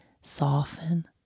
soften